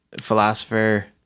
philosopher